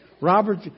Robert